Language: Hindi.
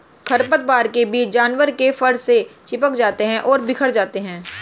खरपतवार के बीज जानवर के फर से चिपक जाते हैं और बिखर जाते हैं